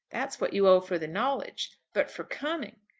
that's what you owe for the knowledge. but for coming?